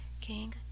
King